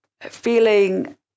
feeling